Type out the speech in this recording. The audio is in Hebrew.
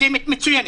אקדמית מצוינת,